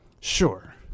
Sure